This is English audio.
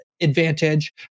Advantage